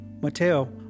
Mateo